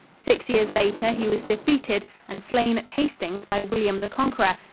six years later he was defeated and slain at hastings by william the conqueror,